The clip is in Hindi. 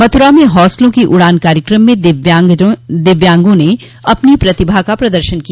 मथुरा में हौसलों की उड़ान कार्यक्रम में दिव्यांगों ने अपनी प्रतिभा का प्रदर्शन किया